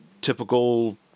typical